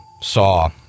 Saw